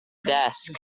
desk